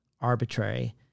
arbitrary